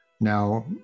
Now